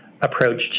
approach